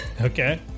okay